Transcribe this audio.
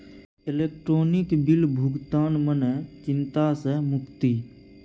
electronic bill भुगतान मने चिंता सँ मुक्ति